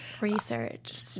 Research